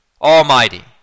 Almighty